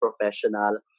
professional